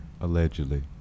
Allegedly